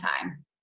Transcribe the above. time